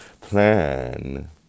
plan